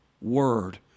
word